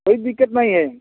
कोई दिक्कत नहीं है